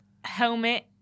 helmet